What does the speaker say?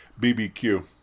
BBQ